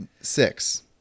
six